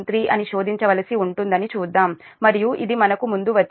5113 అని శోధించవలసి ఉంటుందని చూద్దాం మరియు ఇది మనకు ముందు వచ్చింది 1